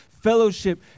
fellowship